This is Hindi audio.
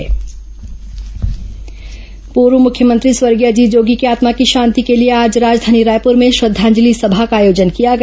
जोगी श्रद्वांजलि समा पूर्व मुख्यमंत्री स्वर्गीय अजीत जोगी की आत्मा की शांति के लिए आज राजधानी रायपुर में श्रद्धांजलि सभा का आयोजन किया गया